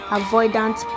avoidant